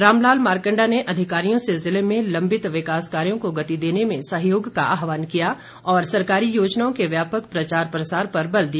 रामलाल मारकण्डा ने अधिकारियों से जिले में लम्बित विकास कार्यों को गति देने में सहयोग का आहवान किया और सरकारी योजनाओं के व्यापक प्रचार प्रसार पर बल दिया